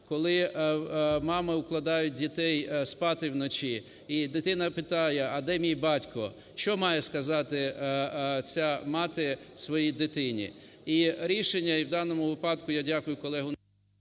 коли мами укладають дітей спати вночі і дитина питає: "А де мій батько?" - що має сказати ця мати своїй дитині? І рішення, і в даному випадку я дякую колезі…